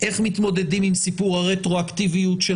איך מתמודדים עם סיפור הרטרואקטיביות של